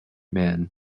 man